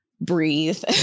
breathe